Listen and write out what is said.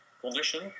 Condition